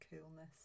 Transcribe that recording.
coolness